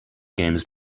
games